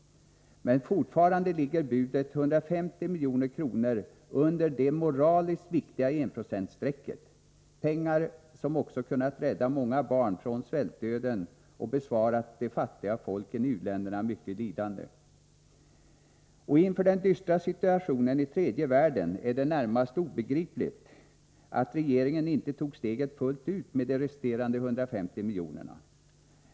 Men fortfarande ligger budet 150 milj.kr. under det moraliskt viktiga enprocentsstrecket; pengar som kunnat rädda många barn från svältdöden och besparat de fattiga folken iu-länderna mycket lidande. Och inför den dystra situationen i tredje världen är det närmast obegripligt att regeringen inte tog steget fullt ut med de resterande 150 miljonerna.